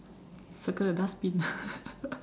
circle the dustbin